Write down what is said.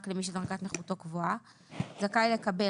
זכאי לקבל,